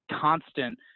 constant